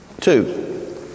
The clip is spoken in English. Two